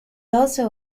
also